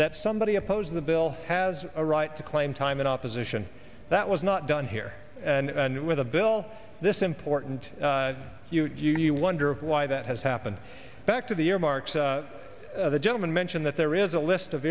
that somebody opposed the bill has a right to claim time in opposition that was not done here with a bill this important you you wonder why that has happened back to the earmarks the gentleman mentioned that there is a list of